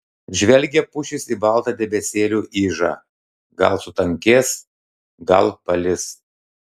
žvelgia pušys į baltą debesėlių ižą gal sutankės gal palis